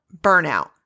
burnout